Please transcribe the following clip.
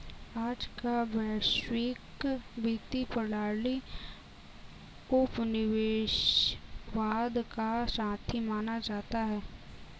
आज का वैश्विक वित्तीय प्रणाली उपनिवेशवाद का साथी माना जाता है